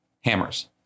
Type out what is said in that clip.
hammers